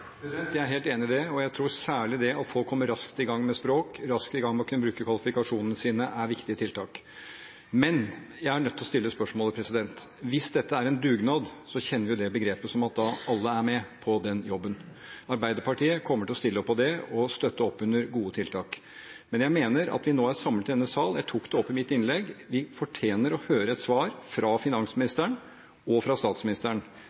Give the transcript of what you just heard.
Jeg er helt enig i det, og jeg tror særlig det at folk kommer raskt i gang med språk og raskt i gang med å kunne bruke kvalifikasjonene sine, er viktige tiltak. Men jeg er nødt til å stille spørsmålet: Hvis dette er en dugnad slik vi kjenner det begrepet, at alle er med på den jobben, kommer Arbeiderpartiet til å stille opp på den og støtte opp under gode tiltak. Men jeg mener at vi nå, når vi er samlet i denne sal – jeg tok det opp i mitt innlegg – fortjener å få et svar fra finansministeren og fra statsministeren.